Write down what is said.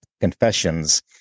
Confessions